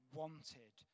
wanted